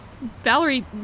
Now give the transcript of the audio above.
Valerie